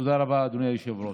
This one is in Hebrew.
תודה רבה, אדוני היושב-ראש.